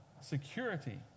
security